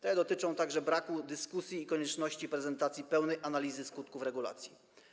Te dotyczą także braku dyskusji i konieczności prezentacji pełnej analizy skutków regulacji.